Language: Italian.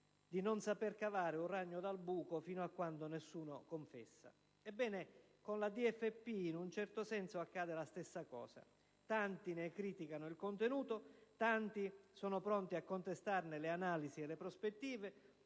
di non saper cavare un ragno dal buco fino a quando qualcuno non confessa. Ebbene, con la DFP in un certo senso accade la stessa cosa: tanti ne criticano il contenuto, tanti sono pronti a contestarne le analisi e le prospettive,